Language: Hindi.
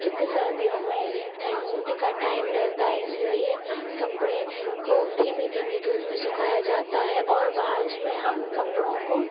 क्योंकि सर्दियों में ठण्ड का टाइम रहता है इसलिए कपड़े को धीमी धीमी धूप में सुखाया जाता है और बारिश में हम कपड़ों को